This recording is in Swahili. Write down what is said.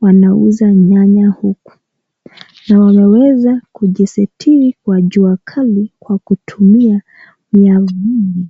wanauza nyanya huku na wameweza kujisitili kwa jua kali kwa kutumia miavuli.